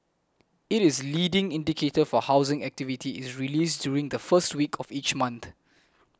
it is leading indicator for housing activity is released during the first week of each month